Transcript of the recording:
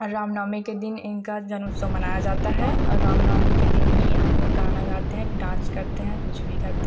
राम नवमी के दिन इनका जन्मोत्सव मनाया जाता है और राम नवमी के दिन ही हम लोग गाना गाते हैं डांस करते हैं कुछ भी करते